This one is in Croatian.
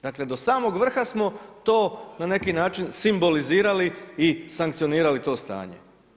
Dakle do samog vrha smo to na neki način simbolizirali i sankcionirali to stanje.